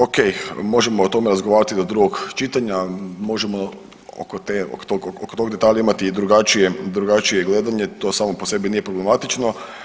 Ok, možemo o tome razgovarati do drugog čitanja, možemo oko tog detalja imati i drugačije gledanje, to samo po sebi nije problematično.